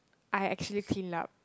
I actually cleaned up